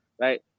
Right